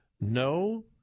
no